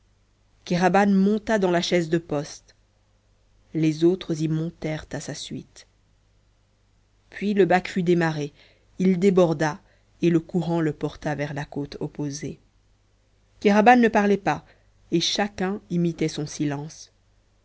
kéraban monta dans la chaise de poste les autres y montèrent à sa suite puis le bac fut démarré il déborda et le courant le porta vers la côte opposée kéraban ne parlait pas et chacun imitait son silence